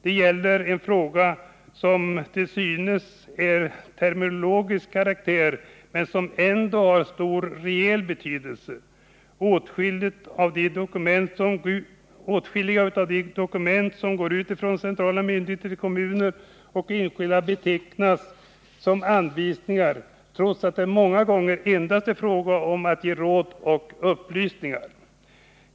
Det gäller en fråga som till synes är av terminologisk karaktär men som är av stor reell betydelse. Nr 152 Åtskilliga av de dokument som går ut från centrala myndigheter till Tisdagen den kommuner och enskilda betecknas som anvisningar, trots att det många 22 maj 1979 gånger endast är fråga om att ge råd och upplysningar.